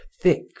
thick